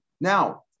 Now